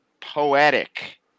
poetic